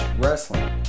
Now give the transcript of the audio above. wrestling